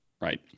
right